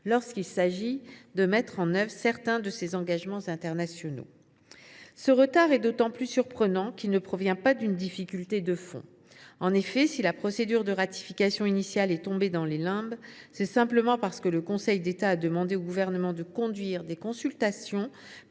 lorsqu’il s’agit de mettre en œuvre certains de ses engagements internationaux. Ce retard est d’autant plus surprenant qu’il ne provient pas d’une difficulté de fond. En effet, si la procédure de ratification initiale est tombée dans les limbes, c’est simplement parce que le Conseil d’État a demandé au Gouvernement de conduire des consultations